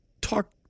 talk